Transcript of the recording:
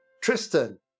Tristan